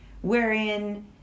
wherein